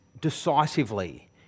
decisively